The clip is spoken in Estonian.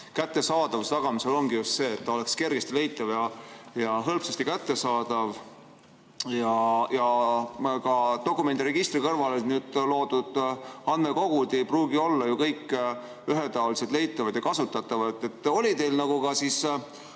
kättesaadavuse tagamisel ongi [oluline] just see, et ta oleks kergesti leitav ja hõlpsasti kättesaadav. Ka dokumendiregistri kõrvale loodud andmekogud ei pruugi olla ju kõik ühetaoliselt leitavad ja kasutatavad. Oli teil ka komisjonis